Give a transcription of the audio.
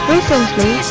Recently